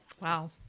Wow